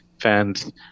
fans